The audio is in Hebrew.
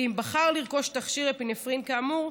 ואם בחר לרכוש תכשיר אפינפרין כאמור,